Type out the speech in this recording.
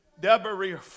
Deborah